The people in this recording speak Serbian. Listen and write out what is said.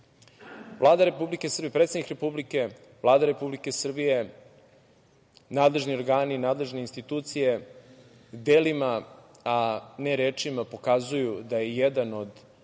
dakle, predsednik republike, Vlada Republike Srbije, nadležni organi, nadležne institucije delima, a ne rečima pokazuju da je jedan od